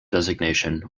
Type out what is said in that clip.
designation